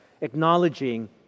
acknowledging